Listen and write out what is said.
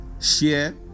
Share